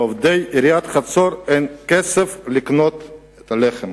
לעובדי עיריית חצור אין כסף לקנות לחם.